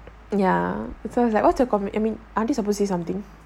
ya so is like what's your co~ I mean aren't you supposed to say something